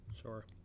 Sure